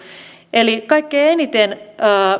eli kaikkein eniten